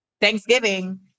Thanksgiving